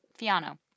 Fiano